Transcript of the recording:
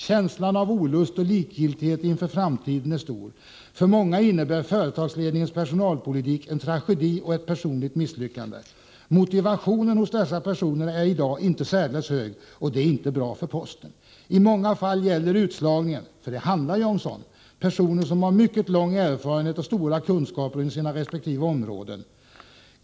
Känslan av olust och likgiltighet inför framtiden är stor. För många innebär företagsledningens personalpolitik en tragedi och ett personligt misslyckande. Motivationen hos dessa personer är i dag inte särdeles hög och det är inte bra för Posten. I många fall gäller utslagningen personer som har mycket lång erfarenhet och stora kunskaper inom sina respektive områden.